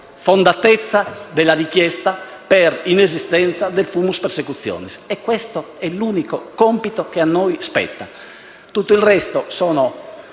fondatezza della richiesta per inesistenza del *fumus persecutionis*, e questo è l'unico compito che a noi spetta. Tutto il resto sono